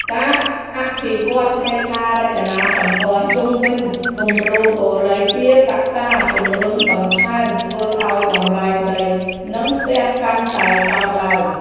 ការអភិវឌ្ឍហេដ្ឋារចនាសម្ព័ន្ធជុំវិញគម្រោងបុរីជាកត្តាជម្រុញបន្ថែមធ្វើឱ្យតម្លៃដីនិងផ្ទះកាន់តែកើនឡើង។